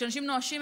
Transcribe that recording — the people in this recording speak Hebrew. כשאנשים נואשים,